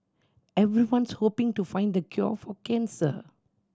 everyone's hoping to find the cure for cancer